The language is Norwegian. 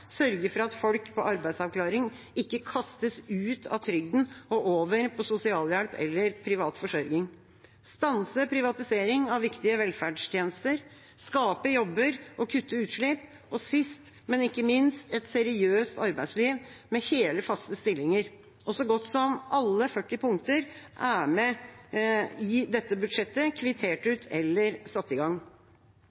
sørge for at folk på arbeidsavklaring ikke kastes ut av trygden og over på sosialhjelp eller privat forsørging, stanse privatisering av viktige velferdstjenester, skape jobber og kutte utslipp, og sist, men ikke minst, et seriøst arbeidsliv med hele, faste stillinger. Så godt som alle 40 punkter er med i dette budsjettet, kvittert